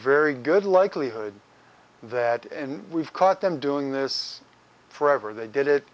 very good likelihood that when we've caught them doing this forever they did it